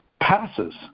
passes